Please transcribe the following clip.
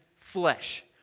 flesh